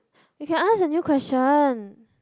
you can ask a new question